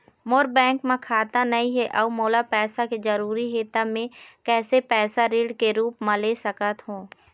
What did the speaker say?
मोर bank म खाता नई हे अउ मोला पैसा के जरूरी हे त मे कैसे पैसा ऋण के रूप म ले सकत हो?